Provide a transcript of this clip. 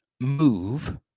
move